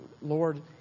Lord